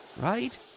right